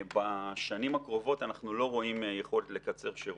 בשנים הקרובות אנחנו לא רואים יכולת לקצר שירות.